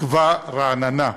תקווה רעננה.